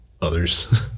others